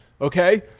okay